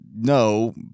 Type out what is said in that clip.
No